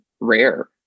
rare